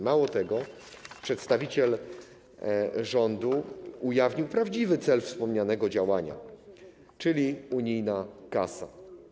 Mało tego, przedstawiciel rządu ujawnił prawdziwy cel wspomnianego działania, czyli unijną kasę.